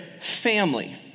family